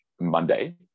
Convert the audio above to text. Monday